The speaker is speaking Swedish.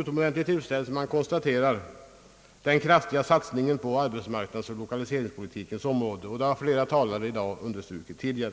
utomordentlig tillfredsställelse man konstaterar den kraftiga satsningen på arbetsmarknadsoch lokaliseringspolitiken. Det har flera talare i dag understrukit.